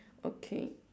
okay